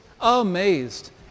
amazed